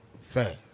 fast